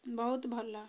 ବହୁତ ଭଲ